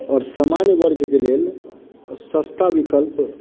आओर सामान्य वर्ग के लेल सस्ता विकल्प